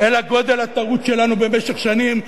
אלא גודל הטעות שלנו במשך שנים,